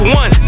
one